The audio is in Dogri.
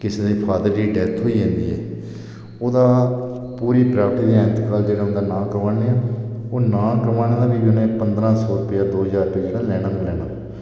कुसै दे फॉदर दी डैथ होई जंदी ऐ ओह्दा पूरी प्रॉपर्टी दा जेह्ड़ा इंतकाल उंदे नांऽ कराने आं ते ओह् नांऽ कराने दा बी जेह्ड़ा उनें पंदरां सौ दो ज्हार रपेआ उनें लैना गै लेना